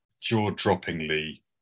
jaw-droppingly